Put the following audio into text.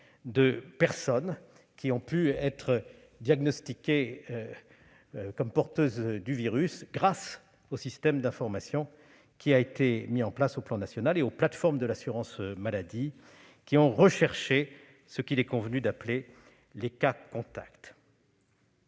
de personnes qui ont pu être diagnostiquées comme porteuses du virus grâce au système national d'information mis en place et aux plateformes de l'assurance maladie, qui ont recherché ce qu'il est convenu d'appeler les cas contacts.